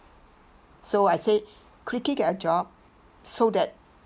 so I said quickly get a job so that